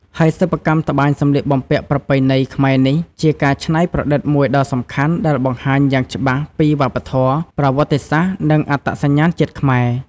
ហើយសិប្បកម្មត្បាញសម្លៀកបំពាក់ប្រពៃណីខ្មែរនេះ ជាការច្នៃប្រឌិតមួយដ៏សំខាន់ដែលបង្ហាញយ៉ាងច្បាស់ពីវប្បធម៌ ប្រវត្តិសាស្ត្រ និងអត្តសញ្ញាណជាតិខ្មែរ។